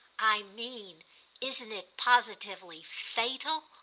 i mean isn't it positively fatal?